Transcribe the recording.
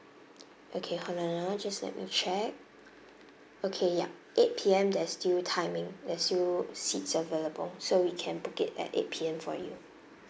okay hold on ah just let me check okay yup eight P_M there's still timing there's still seats available so we can book it at eight P_M for you